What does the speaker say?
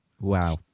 Wow